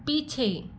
पीछे